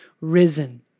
risen